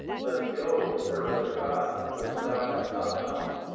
let us go and serve other gods, which thou hast not known,